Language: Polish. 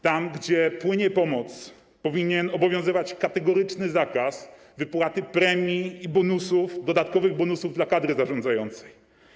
Tam gdzie płynie pomoc, powinien obowiązywać kategoryczny zakaz wypłaty premii i bonusów, dodatkowych bonusów dla kadry zarządzającej.